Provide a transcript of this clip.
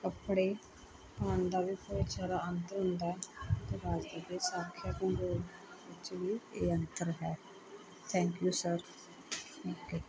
ਕੱਪੜੇ ਪਾਉਣ ਦਾ ਵੀ ਬਹੁਤ ਜ਼ਿਆਦਾ ਅੰਤਰ ਹੁੰਦਾ ਵਿੱਚ ਵੀ ਇਹ ਅੰਤਰ ਹੈ ਥੈਂਕ ਯੂ ਸਰ ਓਕੇ